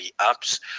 apps